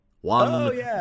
One